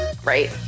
right